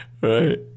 right